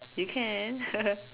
you can